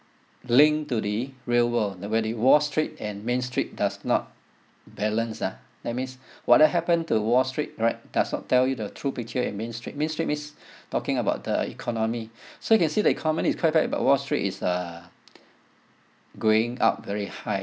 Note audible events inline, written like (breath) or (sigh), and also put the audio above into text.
link to the real world wh~ where the wall street and main street does not balance ah that means whatever happened to wall street right does not tell you the true picture main street main street means (breath) talking about the economy (breath) so you can see the economy is quite bad but wall street is uh going up very high